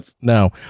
no